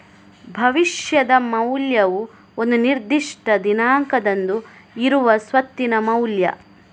ಭವಿಷ್ಯದ ಮೌಲ್ಯವು ಒಂದು ನಿರ್ದಿಷ್ಟ ದಿನಾಂಕದಂದು ಇರುವ ಸ್ವತ್ತಿನ ಮೌಲ್ಯ